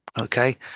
Okay